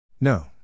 No